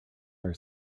our